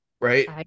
right